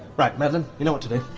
right, madeleine, you know what to do.